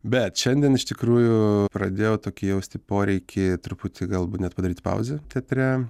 bet šiandien iš tikrųjų pradėjau tokį jausti poreikį truputį galbūt net padaryt pauzę teatre